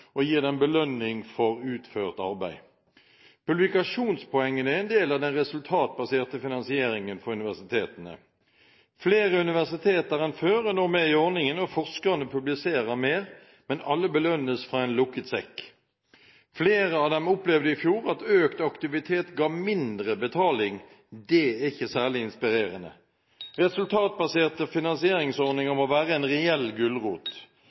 og gir dem belønning for utført arbeid. Publikasjonspoengene er en del av den resultatbaserte finansieringen for universitetene. Flere universiteter enn før er nå med i ordningen, og forskerne publiserer mer, men alle belønnes fra en lukket sekk. Flere av dem opplevde i fjor at økt aktivitet ga mindre betaling. Det er ikke særlig inspirerende! Resultatbaserte finansieringsordninger må være en reell